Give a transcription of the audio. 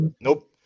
Nope